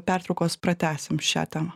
pertraukos pratęsim šią temą